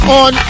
on